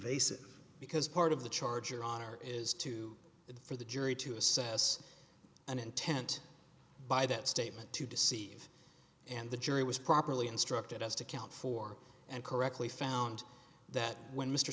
basis because part of the charge your honor is to for the jury to assess an intent by that statement to deceive and the jury was properly instructed us to count four and correctly found that when mr